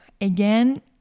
again